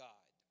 God